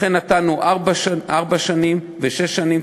לכן נתנו ארבע שנים ושש שנים,